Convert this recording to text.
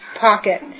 pocket